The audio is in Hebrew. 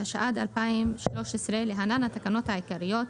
התשע"ד-2013 (להלן - "התקנות העיקריות"),